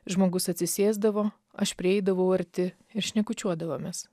žmogus atsisėsdavo aš prieidavau arti ir šnekučiuodavomės